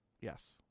Yes